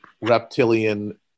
reptilian